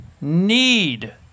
need